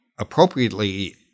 Appropriately